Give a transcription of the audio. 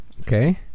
Okay